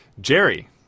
Jerry